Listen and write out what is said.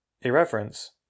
Irreverence